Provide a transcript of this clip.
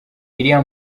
iriya